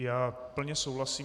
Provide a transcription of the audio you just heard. Já plně souhlasím.